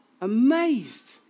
amazed